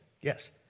yes